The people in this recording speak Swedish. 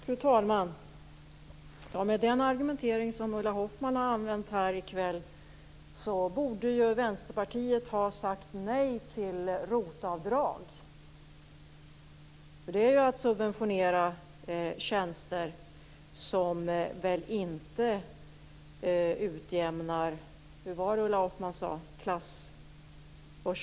Fru talman! Med tanke på den argumentering som Ulla Hoffmann har använt här i kväll borde Vänsterpartiet ha sagt nej till ROT-avdrag, för det är ju att subventionera tjänster som väl inte utjämnar klassoch könsskillnader.